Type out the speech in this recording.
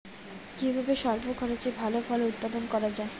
কিভাবে স্বল্প খরচে ভালো ফল উৎপাদন করা যায়?